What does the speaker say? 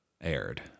aired